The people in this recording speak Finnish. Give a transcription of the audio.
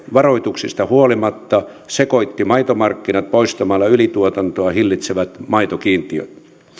varoituksista huolimatta sekoitti maitomarkkinat poistamalla ylituotantoa hillitsevät maitokiintiöt